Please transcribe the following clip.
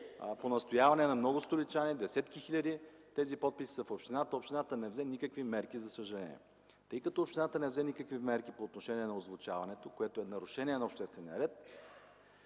по настояване на много столичани – десетки хиляди. Тези подписи са в общината. Общината не взе никакви мерки, за съжаление. Тъй като общината не взе никакви мерки по отношение на озвучаването, което е нарушение на обществения ред,